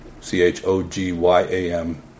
C-H-O-G-Y-A-M